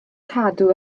cadw